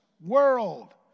world